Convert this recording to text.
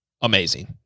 amazing